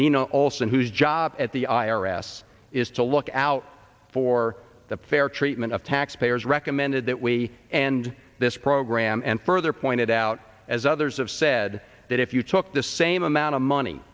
nina olson whose job at the i r s is to look out for the fair treatment of taxpayers recommended that we end this program and further pointed out as others have said that if you took the same amount of money